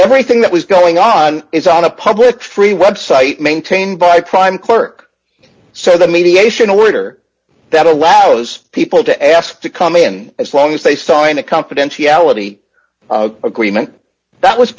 everything that was going on is on a public free website maintained by prime clerk so the mediation order that allows people to ask to come in as long as they sign a confidentiality agreement that was